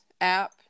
app